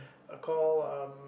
call um